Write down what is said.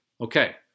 Okay